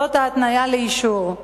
זאת ההתניה של האישור.